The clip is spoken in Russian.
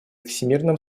всемерном